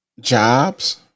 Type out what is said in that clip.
jobs